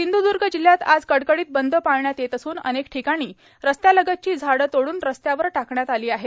सिंधुद्गर्ग जिल्ह्यात आज कडकडीत बंद पाळण्यात येत असून अनेक ठिकाणी रस्त्यालगतची झाडं तोडून रस्त्यावर टाकण्यात आली आहेत